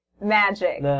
Magic. (